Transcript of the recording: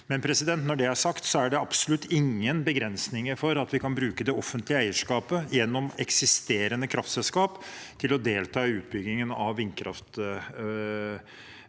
Når det er sagt, er det absolutt ingen begrensninger mot at vi kan bruke det offentlige eierskapet gjennom eksisterende kraftselskap til å delta i utbyggingen av vindkraftverk